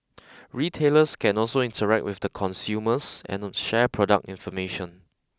retailers can also interact with the consumers and them share product information